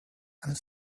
and